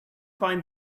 find